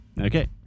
Okay